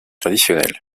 traditionnelle